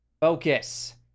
Focus